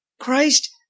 Christ